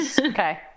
okay